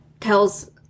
tells